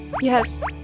Yes